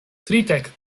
tridek